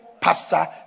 pastor